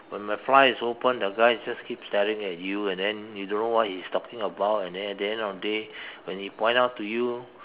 when my fly is open the guy is just keep staring at you and then you don't know what he is talking about and then at the end of the day when he point out to you